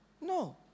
No